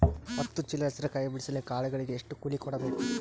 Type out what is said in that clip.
ಹತ್ತು ಚೀಲ ಹೆಸರು ಕಾಯಿ ಬಿಡಸಲಿಕ ಆಳಗಳಿಗೆ ಎಷ್ಟು ಕೂಲಿ ಕೊಡಬೇಕು?